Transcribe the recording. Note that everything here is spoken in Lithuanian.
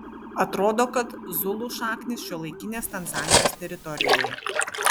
atrodo kad zulų šaknys šiuolaikinės tanzanijos teritorijoje